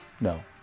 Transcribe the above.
No